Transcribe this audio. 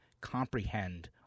comprehend